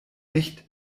nicht